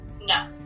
no